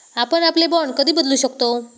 आपण आपले बाँड कधी बदलू शकतो?